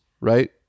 right